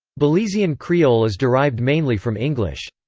belizean creole is derived mainly from english.